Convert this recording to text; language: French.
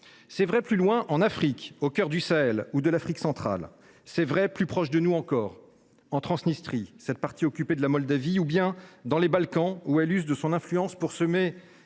C’est vrai, plus loin, en Afrique, au cœur du Sahel ou de l’Afrique centrale. C’est vrai, plus proche de nous, en Transnistrie, cette partie occupée de la Moldavie, ou bien dans les Balkans, où la Russie use de son influence pour semer